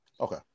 Okay